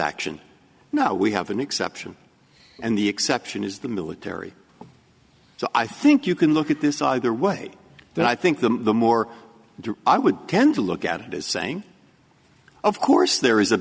interaction no we have an exception and the exception is the military so i think you can look at this either way but i think the more i would tend to look at it as saying of course there is a